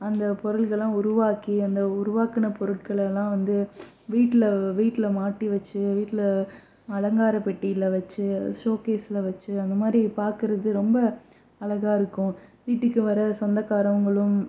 அந்த பொருள்களெலாம் உருவாக்கி அந்த உருவாக்கின பொருட்களெலாம் வந்து வீட்டில் வீட்டில் மாட்டி வச்சு வீட்டில் அலங்கார பெட்டியில் வச்சு சோக்கேஸில் வச்சு அந்தமாதிரி பார்க்குறது ரொம்ப அழகாக இருக்கும் வீட்டுக்கு வர சொந்தகாரவங்களும்